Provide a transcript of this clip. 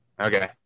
Okay